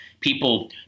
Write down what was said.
people